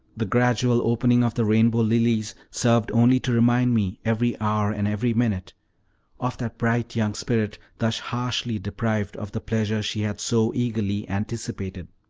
the gradual opening of the rainbow lilies served only to remind me every hour and every minute of that bright young spirit thus harshly deprived of the pleasure she had so eagerly anticipated.